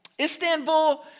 Istanbul